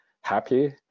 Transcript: happy